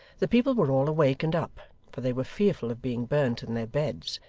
the people were all awake and up, for they were fearful of being burnt in their beds,